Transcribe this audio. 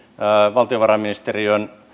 valtiovarainministeriön